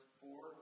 four